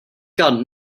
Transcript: got